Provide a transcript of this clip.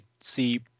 see